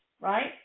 right